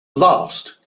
last